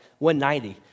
190